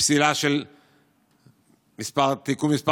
פסילה של תיקון מס'